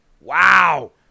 Wow